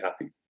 happy